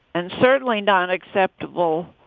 and certainly not acceptable.